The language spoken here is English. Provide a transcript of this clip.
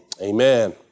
Amen